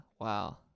wow